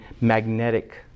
magnetic